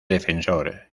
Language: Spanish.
defensor